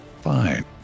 fine